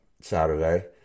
Saturday